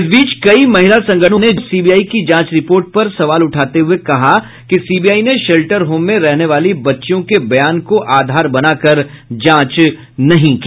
इस बीच कई महिला संगठनों ने सीबीआई की जांच रिपोर्ट पर सवाल उठाते हये कहा है कि सीबीआई ने शेल्टर होम में रहने वाली बच्चियों के बयान को आधार बनाकर जांच नहीं की